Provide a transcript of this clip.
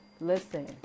Listen